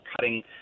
cutting